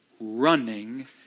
running